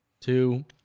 two